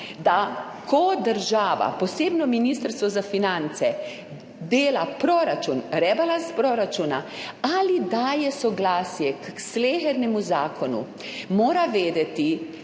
da ko država, posebno Ministrstvo za finance, dela proračun, rebalans proračuna ali daje soglasje k slehernemu zakonu, mora vedeti,